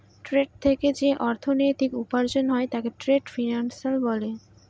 trade থেকে যে অর্থনীতি উপার্জন হয় তাকে ট্রেড ফিন্যান্স বলে